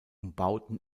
umbauten